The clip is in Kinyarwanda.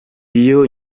iyo